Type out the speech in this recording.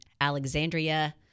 Alexandria